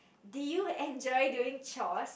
did you enjoy doing chores